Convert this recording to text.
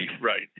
right